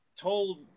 told